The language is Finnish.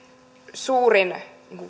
suurin